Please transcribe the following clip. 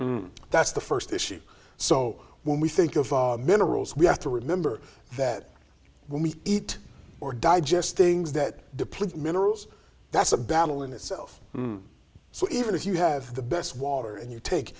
that's the st issue so when we think of minerals we have to remember that when we eat or digest things that deplete minerals that's a battle in itself so even if you have the best water and you take